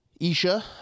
Isha